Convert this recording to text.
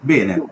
Bene